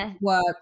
work